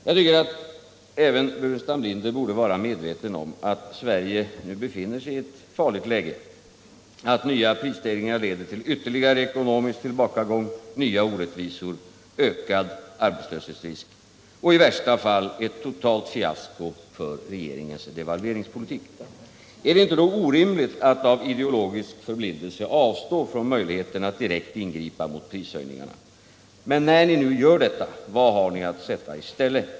Jag tycker att även Burenstam Linder borde vara medveten om att Sverige i dag befinner sig i ett farligt läge och att nya prisstegringar leder till ytterligare ekonomisk tillbakagång, nya orättvisor, ökad arbetslöshetsrisk och i värsta fall ett totalt fiasko för regeringens devalveringspolitik. Är det inte då orimligt att av ideologisk förblindelse avstå från möjligheten att direkt ingripa mot prishöjningarna? Vad har ni att sätta i stället när ni nu avstår från denna möjlighet?